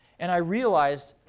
and i realized,